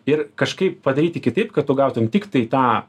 ir kažkaip padaryti kitaip kad tu gautum tiktai tą